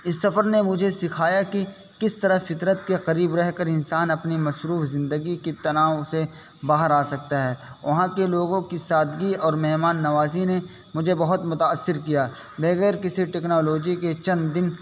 اس سفر نے مجھے سکھایا کہ کس طرح فطرت کے قریب رہ کر انسان اپنی مصروف زندگی کی تناؤ سے باہر آ سکتا ہے وہاں کے لوگوں کی سادگی اور مہمان نوازی نے مجھے بہت متأثر کیا بغیر کسی ٹکنالوجی کے چند دن